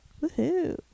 Woo-hoo